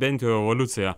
bent jau evoliucija